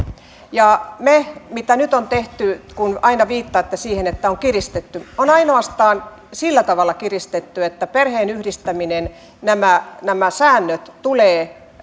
ja mitä nyt on tehty kun aina viittaatte siihen että on kiristetty niin on ainoastaan sillä tavalla kiristetty että perheenyhdistämisen säännöt tulevat